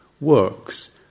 works